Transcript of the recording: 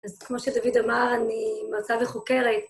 אז כמו שדוד אמר, אני מרצה וחוקרת.